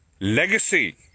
legacy